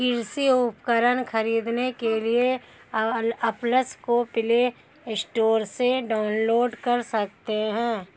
कृषि उपकरण खरीदने के लिए एप्स को प्ले स्टोर से डाउनलोड कर सकते हैं